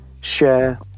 share